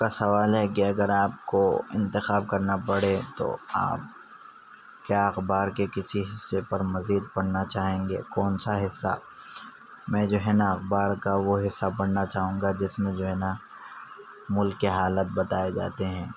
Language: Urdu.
آپ کا سوال ہے کہ اگر آپ کو انتخاب کرنا پڑے تو آپ کیا اخبار کے کسی حصے پر مزید پڑھنا چاہیں گے کون سا حصہ میں جو ہے نہ اخبار کا وہ حصہ پڑھنا چاہوں گا جس میں جو ہے نا ملک کے حالات بتائیں جاتے ہیں